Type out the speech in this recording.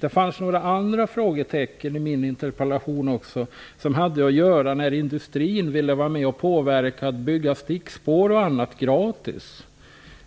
Det fanns också några andra frågor i min interpellation som har att göra med att industrin vill vara med och påverka för att det skall byggas stickspår etc. gratis